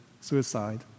suicide